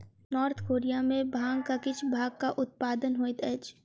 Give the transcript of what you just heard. north Korea में भांगक किछ भागक उत्पादन होइत अछि